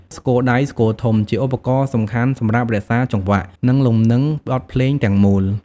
ស្គរដៃ ស្គរធំ ជាឧបករណ៍សំខាន់សម្រាប់រក្សាចង្វាក់ និងលំនឹងបទភ្លេងទាំងមូល។